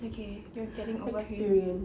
it's okay you're getting over him